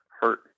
Hurt